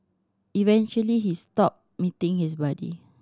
eventually he stopped meeting his buddy